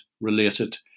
related